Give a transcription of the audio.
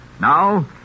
Now